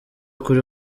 kuri